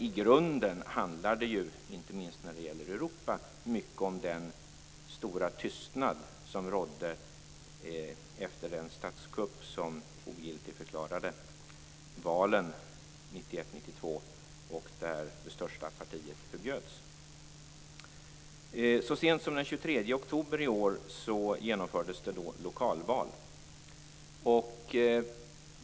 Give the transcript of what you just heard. I grunden handlar det - inte minst när det gäller Europa - mycket om den stora tystnad som har rått efter statskuppen då man ogiltigförklarade valen 1991 Så sent som den 23 oktober i år genomfördes det lokalval.